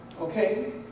okay